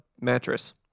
mattress